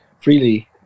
freely